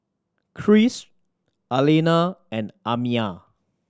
Krish Alina and Amiah